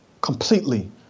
completely